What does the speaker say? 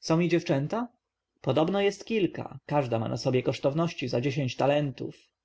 są i dziewczęta podobno jest kilka każda ma na sobie kosztowności za dziesięć talentów